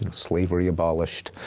and slavery abolished,